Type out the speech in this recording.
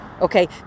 Okay